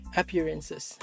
appearances